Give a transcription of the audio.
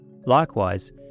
Likewise